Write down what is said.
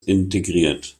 integriert